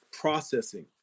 processing